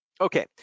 Okay